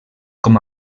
com